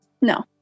No